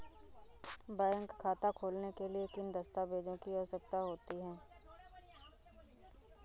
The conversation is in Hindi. बैंक खाता खोलने के लिए किन दस्तावेजों की आवश्यकता होती है?